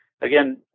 again